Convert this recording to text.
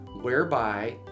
whereby